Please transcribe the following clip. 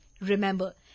Remember